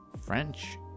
French